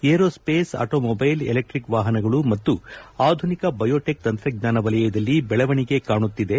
aerospace automobile electric ವಾಹನಗಳು ಮತ್ತು ಆಧುನಿಕ ಬಯೋಟೆಕ್ ತಂತ್ರಜ್ಞಾನ ವಲಯದಲ್ಲಿ ಬೆಳವಣಿಗೆ ಕಾಣುತ್ತಿದೆ